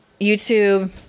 YouTube